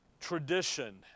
tradition